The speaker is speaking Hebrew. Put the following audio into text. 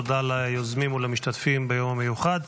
תודה ליוזמים ולמשתתפים ביום המיוחד.